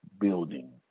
building